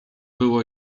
było